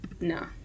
no